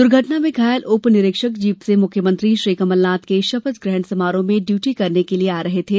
दुर्घटना में घायल उप निरीक्षक जीप से मुख्यमंत्री श्री कमलनाथ के शपथ ग्रहण समारोह में डियुटी करने के लिए आ रहे थे